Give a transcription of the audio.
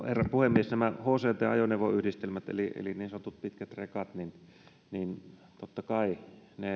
herra puhemies nämä hct ajoneuvoyhdistelmät eli eli niin sanotut pitkät rekat totta kai